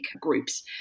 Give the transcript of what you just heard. groups